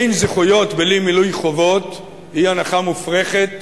אין זכויות בלי מילוי חובות, היא הנחה מופרכת.